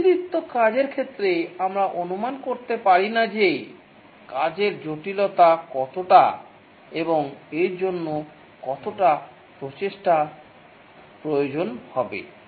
বুদ্ধিদীপ্ত কাজের ক্ষেত্রে আমরা অনুমান করতে পারি না যে কাজের জটিলতা কতটা এবং এর জন্য কতটা প্রচেষ্টা প্রয়োজন হবে